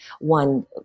One